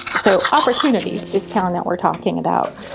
so oppertunity this town that we're talking about,